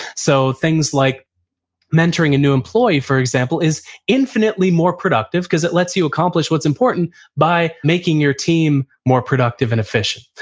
so things like mentoring a new employee, for example, is infinitely more productive because it lets you accomplish what's important by making your team more productive and efficient,